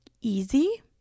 easy